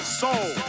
soul